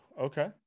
okay